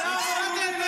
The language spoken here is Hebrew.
הפסדתם לעם ישראל.